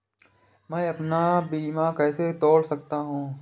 मैं अपना बीमा कैसे तोड़ सकता हूँ?